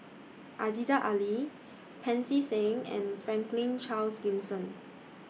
Aziza Ali Pancy Seng and Franklin Charles Gimson